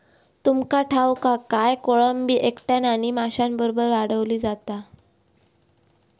तुमका ठाऊक हा काय, कोळंबी एकट्यानं आणि माशांबरोबर वाढवली जाता